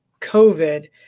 COVID